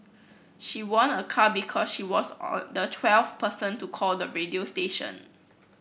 she won a car because she was the twelfth person to call the radio station